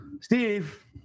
Steve